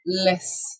less